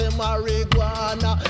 marijuana